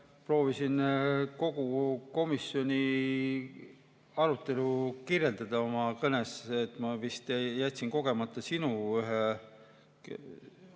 proovisin kogu komisjoni arutelu kirjeldada oma kõnes. Ma vist jätsin kogemata ühe